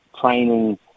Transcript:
training